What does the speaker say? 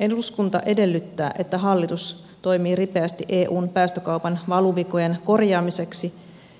eduskunta edellyttää että hallitus toimii ripeästi eun päästökaupan valuvikojen korjaamiseksi